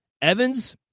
Evans